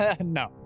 No